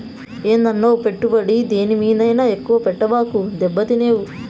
ఏందన్నో, పెట్టుబడి దేని మీదైనా ఎక్కువ పెట్టబాకు, దెబ్బతినేవు